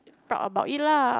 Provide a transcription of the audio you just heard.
proud about it lah